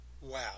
wow